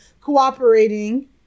cooperating